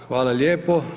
Hvala lijepo.